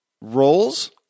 roles